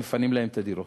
הם מפנים להם את הדירות.